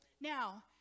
Now